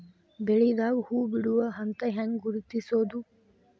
ಬೆಳಿದಾಗ ಹೂ ಬಿಡುವ ಹಂತ ಹ್ಯಾಂಗ್ ಗುರುತಿಸೋದು?